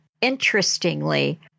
interestingly